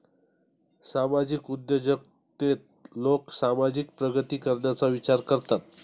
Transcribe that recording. सामाजिक उद्योजकतेत लोक समाजाची प्रगती करण्याचा विचार करतात